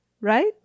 Right